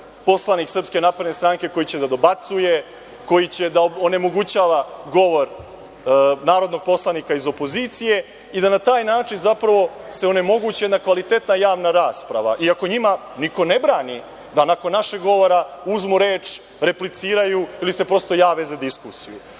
poslanik SNS koji će da dobacuje, koji će da onemogućava govor narodnog poslanika iz opozicije i na taj način da se onemogući kvalitetna javna rasprava, iako njima niko ne brani da nakon našeg govora uzmu reč, repliciraju ili da se prosto jave za diskusiju.